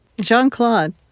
Jean-Claude